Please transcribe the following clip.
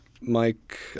Mike